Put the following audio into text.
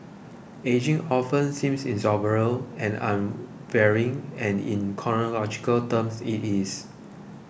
ageing often seems inexorable and unvarying and in chronological terms it is